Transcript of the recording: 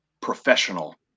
Professional